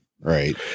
Right